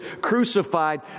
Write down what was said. crucified